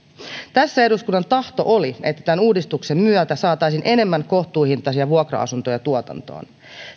tässä eduskunnan tahto oli että tämän uudistuksen myötä saataisiin enemmän kohtuuhintaisia vuokra asuntoja tuotantoon